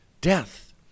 death